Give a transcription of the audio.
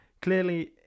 Clearly